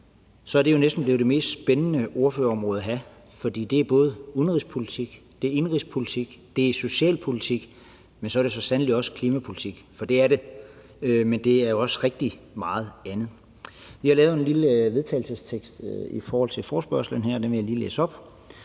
er det næsten blevet det mest spændende ordførerområde at have, for det rummer både udenrigspolitik, indenrigspolitik, socialpolitik, men så sandelig også klimapolitik; for det er det jo, men det er også rigtig meget andet. Kl. 13:04 Vi har lavet en lille vedtagelsestekst i forhold til forespørgslen her, og den vil jeg lige læse op